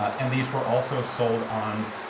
and these were also sold on.